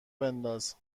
بنداز